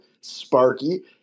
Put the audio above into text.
Sparky